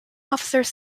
officers